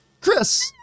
Chris